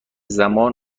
زمان